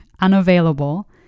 unavailable